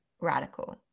radical